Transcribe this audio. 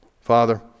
Father